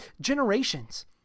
generations